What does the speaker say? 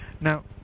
Now